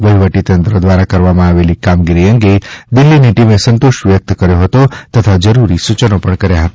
વહીવટી તંત્ર દ્વારા કરવામાં આવેલી કામગીરી અંગે દિલ્હીની ટીમે સંતોષ વ્યક્ત કર્યો હતો તથા જરૂરી સૂચનો પણ કર્યા હતા